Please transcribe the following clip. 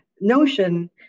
notion